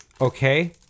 Okay